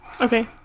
Okay